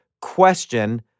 question